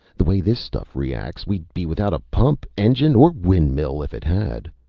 the way this stuff reacts, we'd be without a pump, engine, or windmill if it had.